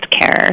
care